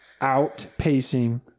outpacing